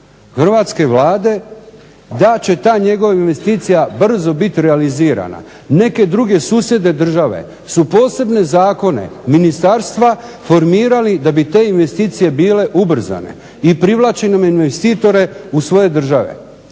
hrvatske Vlade da će ta njegova investicija brzo biti realizirana. Neke druge susjedne države su posebne zakone ministarstva formirali da bi te investicije bile ubrzane i privlači investitore u svoje države.